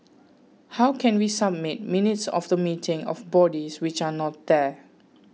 how can we submit minutes of the meeting of bodies which are not there